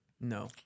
No